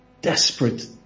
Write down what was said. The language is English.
desperate